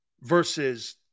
Versus